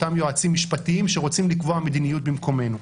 אל אותם יועצים משפטיים שרוצים לקבוע מדיניות במקומנו.